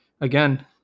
again